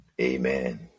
Amen